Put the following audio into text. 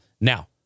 Now